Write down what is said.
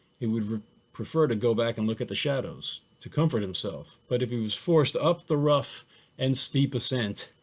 he would prefer to go back and look at the shadows to comfort himself. but if he was forced up the rough and steep ascent.